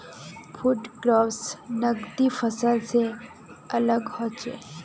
food crops नगदी फसल से अलग होचे